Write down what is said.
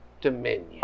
Dominion